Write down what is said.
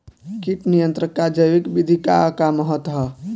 कीट नियंत्रण क जैविक विधि क का महत्व ह?